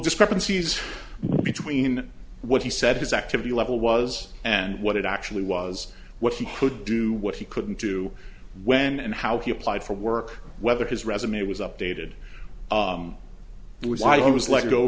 discrepancies between what he said his activity level was and what it actually was what he could do what he couldn't do when and how he applied for work whether his resume was updated it was why he was let go